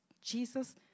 Jesus